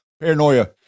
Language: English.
Paranoia